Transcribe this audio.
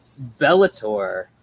Bellator